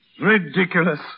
Ridiculous